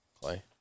Clay